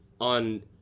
on